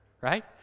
right